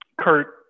Kurt